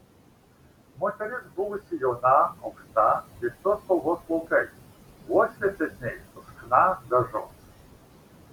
moteris buvusi jauna aukšta keistos spalvos plaukais vos šviesesniais už chna dažus